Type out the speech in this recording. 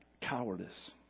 cowardice